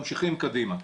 ממשיכים קדימה.